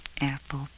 Apple